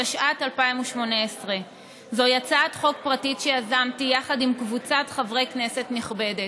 התשע"ט 2018. זוהי הצעת חוק פרטית שיזמתי יחד עם קבוצת חברי כנסת נכבדת.